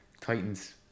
Titans